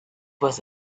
was